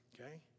okay